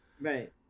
right